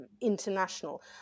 international